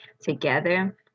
together